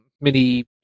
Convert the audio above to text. mini